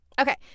Okay